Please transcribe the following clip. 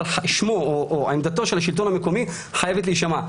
אבל עמדתו של השלטון המקומי חייבת להישמע.